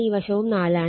ഈ വശവും 4 ആണ്